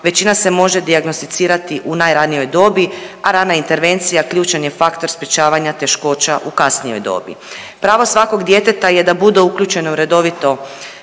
većina se može dijagnosticirati u najranijoj dobi, a rana intervencija ključan je faktor sprječavanja teškoća u kasnijoj dobi. Pravo svakog djeteta je da bude uključeno u redovite